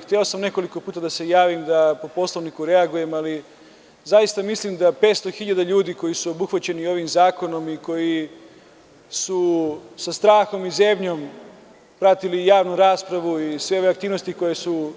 Hteo sam nekoliko puta da se javim da po Poslovniku da reaguje, ali zaista mislim da 500.000 ljudi koji su obuhvaćeni ovim zakonom i koji su sa strahom i zebnjom pratili javnu raspravu i sve aktivnosti koje su